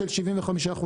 שנייה, ד"ר נס, ד"ר נס.